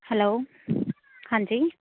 hello ਹਾਂਜੀ